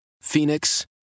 Phoenix